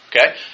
Okay